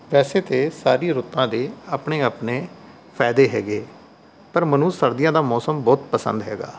ਵੈਸੇ ਤੇ ਸਾਰੀ ਰੁੱਤਾਂ ਦੇ ਆਪਣੇ ਆਪਣੇ ਫਾਇਦੇ ਹੈਗੇ ਪਰ ਮੈਨੂੰ ਸਰਦੀਆਂ ਦਾ ਮੌਸਮ ਬਹੁਤ ਪਸੰਦ ਹੈਗਾ